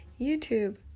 YouTube